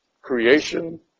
Creation